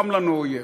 קם לנו אויב.